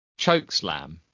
Chokeslam